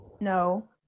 No